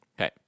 okay